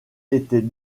était